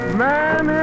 man